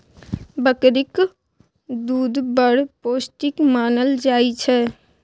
बकरीक दुध बड़ पौष्टिक मानल जाइ छै